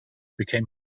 became